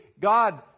God